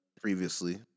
previously